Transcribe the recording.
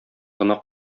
гына